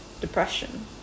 depression